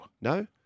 No